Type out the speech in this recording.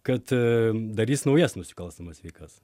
kad darys naujas nusikalstamas veikas